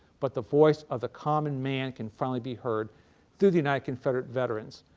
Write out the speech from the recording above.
but the voice of the common man can finally be heard through the united confederate veterans.